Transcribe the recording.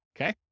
Okay